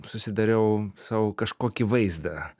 susidariau sau kažkokį vaizdą